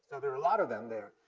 there are a lot of them there.